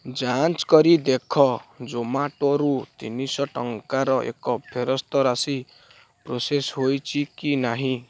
ଯାଞ୍ଚ୍ କରି ଦେଖ ଜୋମାଟୋରୁ ତିନିଶହ ଟଙ୍କାର ଏକ ଫେରସ୍ତ ରାଶି ପ୍ରୋସେସ୍ ହୋଇଛି କି ନାହିଁ